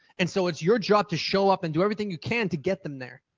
and so it's your job to show up and do everything you can to get them there.